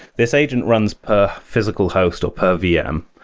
this agent runs per physical host or per vm.